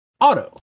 auto